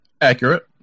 Accurate